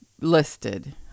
listed